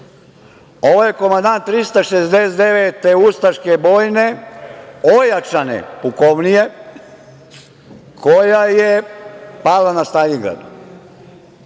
Ovo je komandant 369. ustaške bojne ojačane pukovnije koja je pala na Staljingradu.